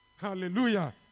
Hallelujah